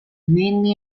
mainly